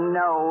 no